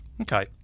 Okay